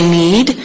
need